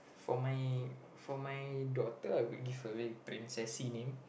for my for my daughter I would give a very princessy name